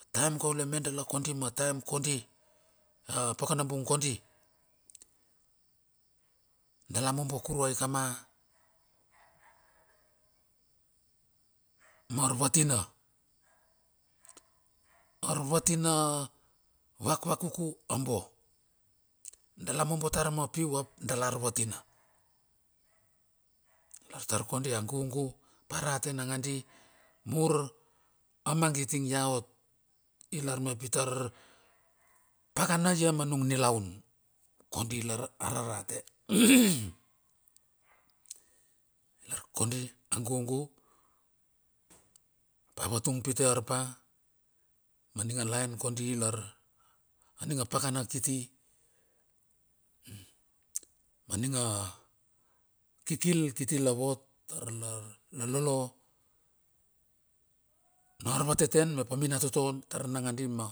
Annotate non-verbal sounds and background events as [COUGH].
A taem kaule medal a kondi mateam kondi. A pakanan bung kodi. Dala mombo kuruai kama marvatina ar vatina vakvakuku a bo. Dala mombotar mapiu ap dala arvatina. Ilar tar kodi a gugu ap a rate nangadi, muramangit ing ia ot ilar mep i tar paka na ia ma nung nilaun. Kodi lar a rarote [NOISE] lar kondi a gugu ap a vatung pite arpa maning a laen kodi lar a ninga pakana kiti. Ma ning a kikil titi la vot. Tar lar la lolo na arvateten mep a minatoto tar nangadi ma